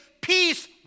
peace